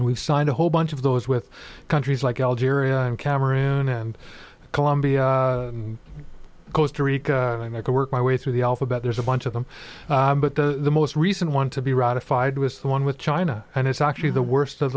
we've signed a whole bunch of those with countries like algeria and cameroon and colombia costa rica and i work my way through the alphabet there's a bunch of them but the most recent one to be ratified was the one with china and it's actually the worst of